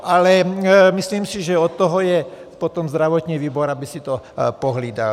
Ale myslím si, že od toho je potom zdravotní výbor, aby si to pohlídal.